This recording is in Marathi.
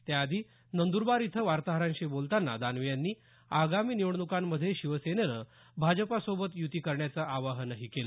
त्याआधी नंदरबार इथं वार्ताहरांशी बोलतांना दानवे यांनी आगामी निवडण्कांमध्ये शिवसेनेनं भाजपसोबत युती करण्याचं आवाहनही केलं